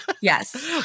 Yes